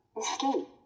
escape